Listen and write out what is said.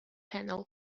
panel